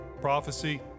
prophecy